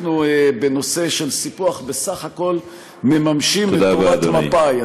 אנחנו בנושא של סיפוח בסך הכול מממשים את תנועת מפא"י,